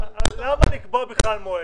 למה לקבוע בכלל מועד?